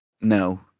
No